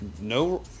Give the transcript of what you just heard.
No